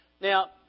Now